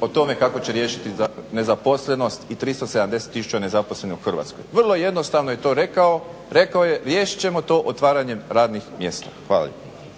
o tome kako će riješiti nezaposlenost i 370 000 nezaposlenih u Hrvatskoj. Vrlo jednostavno je to rekao, rekao je riješit ćemo to otvaranjem radnih mjesta. Hvala